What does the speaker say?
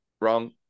wrong